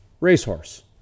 racehorse